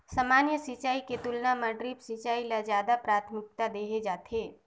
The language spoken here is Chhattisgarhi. सामान्य सिंचाई के तुलना म ड्रिप सिंचाई ल ज्यादा प्राथमिकता देहे जाथे